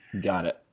got it.